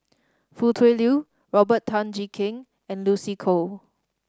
Foo Tui Liew Robert Tan Jee Keng and Lucy Koh